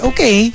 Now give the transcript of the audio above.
Okay